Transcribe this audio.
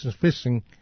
fishing